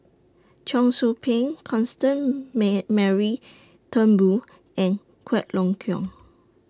Cheong Soo Pieng Constance Mary Turnbull and Quek Ling Kiong